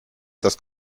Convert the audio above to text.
das